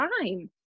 time